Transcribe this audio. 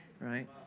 right